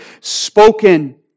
spoken